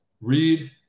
Read